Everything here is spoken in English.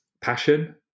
passion